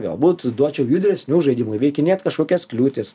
galbūt duočiau judresnių žaidimų įveikinėt kažkokias kliūtis